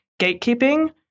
gatekeeping